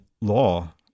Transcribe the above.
law